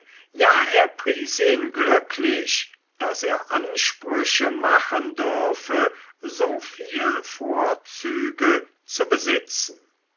ja er pries ihn glücklich daß er ansprüche machen dürfe soviel vorzüge zu besitzen